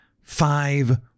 five